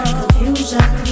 confusion